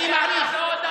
אני מעריך.